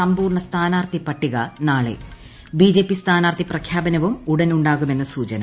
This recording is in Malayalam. സമ്പൂർണ്ണ സ്ഥാനാർഥി പട്ടിക നാളെ ബിജെപി സ്ഥാനാർത്ഥി പ്രഖ്യാപനവും ഉടൻ ഉണ്ടാകുമെന്ന് സൂചന